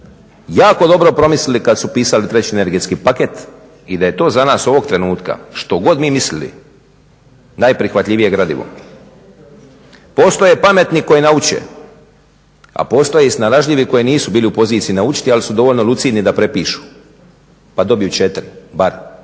jako dobro promislili kada su pisali 3.energestski paket i da je to za nas ovog trenutka što go d mi mislili najprihvatljivije gradivo. Postoje pametni koji nauče, a postoje i snalažljivi koji nisu bili u poziciji naučiti ali su dovoljno lucidni da prepišu pa dobiju 4 bar, to je